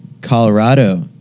Colorado